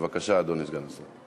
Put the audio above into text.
בבקשה, אדוני סגן השר.